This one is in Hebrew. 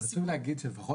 צריכים להיות יצירתיים.